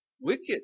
Wicked